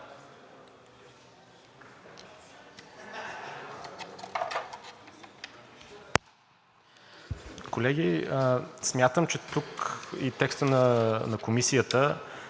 Колеги, смятам, че тук текстът на Комисията